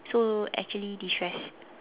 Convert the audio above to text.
so actually destress